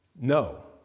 no